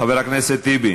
חבר הכנסת טיבי.